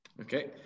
okay